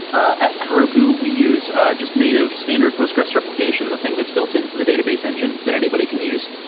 ah at heroku, we use just native standard postgres replication, the thing that's built into the database engine that anybody can use,